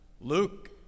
Luke